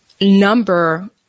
number